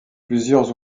plusieurs